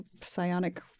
psionic